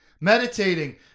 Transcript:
meditating